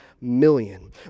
million